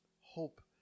hope